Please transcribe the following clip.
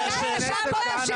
את השתגעת לגמרי?